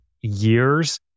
years